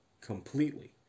completely